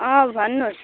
अँ भन्नुहोस्